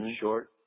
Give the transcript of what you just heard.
short